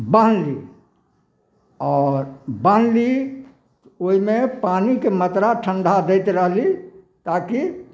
बान्हली आओर बान्हली ओहिमे पानीके मात्रा ठण्ढा दैत रहली ताकि